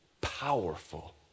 Powerful